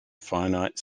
finite